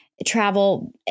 travel